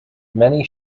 many